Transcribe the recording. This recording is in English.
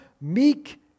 meek